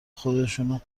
خودشونو